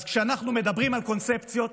אז כשאנחנו מדברים על קונספציות,